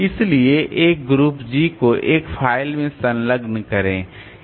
इसलिए एक group G को एक फ़ाइल में संलग्न करें